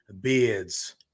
Beards